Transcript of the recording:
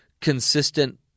consistent